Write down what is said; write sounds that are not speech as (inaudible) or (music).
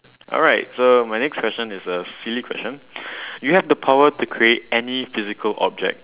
alright so my next question is a silly question (breath) you have the power to create any physical object